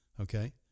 okay